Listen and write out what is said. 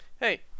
Hey